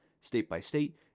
State-by-state